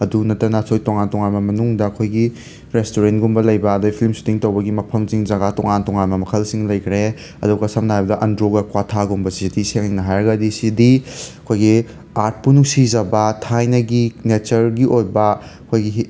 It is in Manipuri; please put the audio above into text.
ꯑꯗꯨ ꯅꯠꯇꯅ ꯑꯩꯈꯣꯏ ꯇꯣꯉꯥꯟ ꯇꯣꯉꯥꯟꯕ ꯃꯅꯨꯡꯗ ꯑꯩꯈꯣꯏꯒꯤ ꯔꯦꯁꯇꯨꯔꯦꯟꯒꯨꯝꯕ ꯂꯩꯕ ꯑꯗꯩ ꯐꯤꯂꯝ ꯁꯨꯇꯤꯡ ꯇꯧꯕꯒꯤ ꯃꯐꯝꯁꯤꯡ ꯖꯒꯥ ꯇꯣꯉꯥꯟ ꯇꯣꯉꯥꯟꯕ ꯃꯈꯜꯁꯤꯡ ꯂꯩꯈ꯭ꯔꯦ ꯑꯗꯨꯒ ꯁꯝꯅ ꯍꯥꯏꯔꯕꯗ ꯑꯟꯗ꯭ꯔꯣꯒ ꯀ꯭ꯋꯥꯊꯥ ꯒꯨꯝꯕꯁꯤꯗꯤ ꯁꯦꯡꯅ ꯍꯥꯏꯔꯒꯗꯤ ꯁꯤꯗꯤ ꯑꯩꯈꯣꯏꯒꯤ ꯑꯥꯔꯠꯄꯨ ꯅꯨꯡꯁꯤꯖꯕ ꯊꯥꯏꯅꯒꯤ ꯅꯦꯆꯔꯒꯤ ꯑꯣꯏꯕ ꯑꯩꯈꯣꯏꯒꯤ